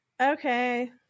Okay